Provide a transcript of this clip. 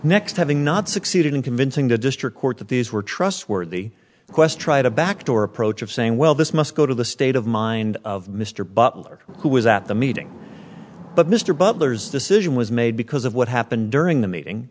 having not succeeded in convincing the district court that these were trustworthy quest tried a back door approach of saying well this must go to the state of mind of mr butler who was at the meeting but mr butler's decision was made because of what happened during the meeting